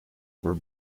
for